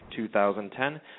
2010